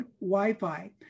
Wi-Fi